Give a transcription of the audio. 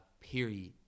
period